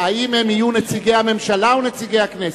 האם הם יהיו נציגי הממשלה או נציגי הכנסת?